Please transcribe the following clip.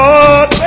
Lord